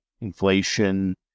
inflation